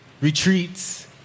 retreats